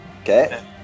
Okay